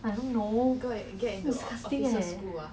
that kind of shit orh insane lah